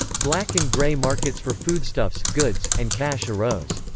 black and gray markets for foodstuffs, goods, and cash arose.